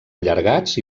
allargats